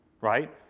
right